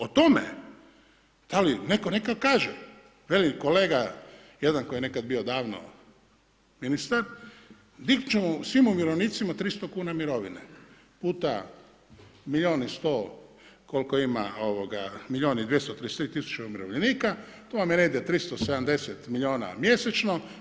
O tome da li netko neka kaže, velim kolega jedan koji je nekada bio davno ministar dignut ćemo svim umirovljenicima 300 kuna mirovine puta milijun i 100 koliko ima, milijun i 233 tisuće umirovljenika to vam je negdje 370 milijuna mjesečno.